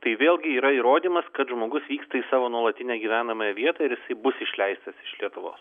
tai vėlgi yra įrodymas kad žmogus vyksta į savo nuolatinę gyvenamąją vietą ir jisai bus išleistas iš lietuvos